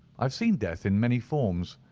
i have seen death in many forms,